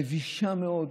מבישה מאוד.